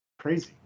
crazy